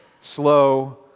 slow